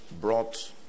brought